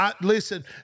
Listen